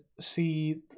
see